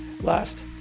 Last